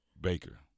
Baker